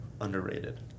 underrated